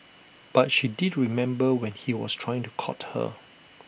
but she did remember when he was trying to court her